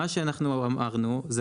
מה שאנחנו אמרנו,